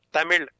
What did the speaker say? Tamil